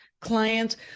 clients